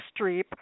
Streep